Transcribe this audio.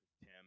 Tim